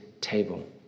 table